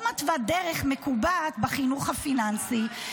והיא לא מתווה דרך מקובעת בחינוך הפיננסי,